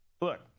Look